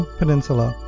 peninsula